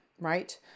right